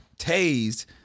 tased